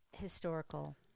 historical